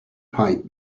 pipe